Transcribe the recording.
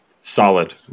solid